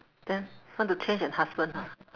then want to change that husband ha